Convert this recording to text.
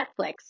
Netflix